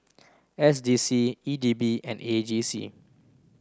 S D C E D B and A J C